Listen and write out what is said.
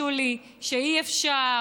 שולי: שאי-אפשר,